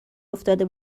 افتاده